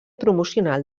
promocional